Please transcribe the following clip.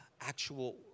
actual